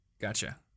Gotcha